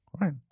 Right